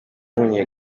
w’umunye